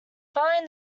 following